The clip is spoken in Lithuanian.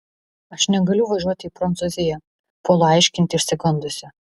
aš negaliu važiuoti į prancūziją puolu aiškinti išsigandusi